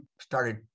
started